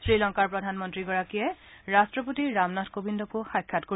শ্ৰীলংকাৰ প্ৰধান মন্ত্ৰীগৰাকীয়ে ৰট্টপতি ৰামনাথ কোবিন্দকো সাক্ষাৎ কৰিব